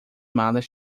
malas